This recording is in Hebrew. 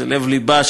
זה לב-לבה,